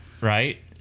right